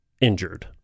injured